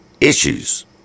issues